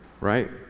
right